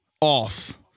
off